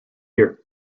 year